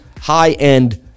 high-end